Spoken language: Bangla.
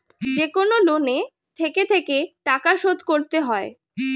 যেকনো লোনে থেকে থেকে টাকা শোধ করতে হয়